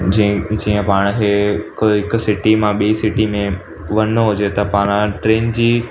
जी जीअं पाण खे कोई हिकु सिटी मां ॿिए सिटी में वञिणो हुजे त पाण ट्रेन जी